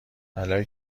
بلایی